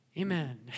Amen